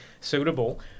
suitable